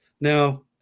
Now